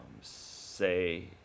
Say